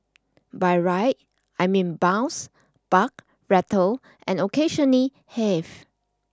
by ride I mean bounce buck rattle and occasionally heave